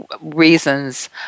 reasons